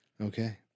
Okay